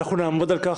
אנחנו נעמוד על כך.